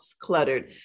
cluttered